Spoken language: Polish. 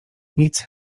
nic